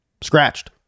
scratched